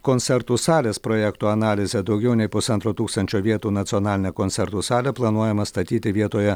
koncertų salės projekto analizę daugiau nei pusantro tūkstančio vietų nacionalinę koncertų salę planuojama statyti vietoje